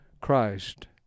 Christ